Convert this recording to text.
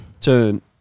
turn